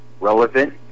relevant